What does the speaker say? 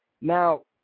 Now